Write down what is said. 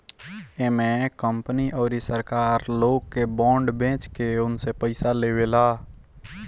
इमे कंपनी अउरी सरकार लोग के बांड बेच के उनसे पईसा लेवेला